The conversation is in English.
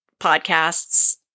podcasts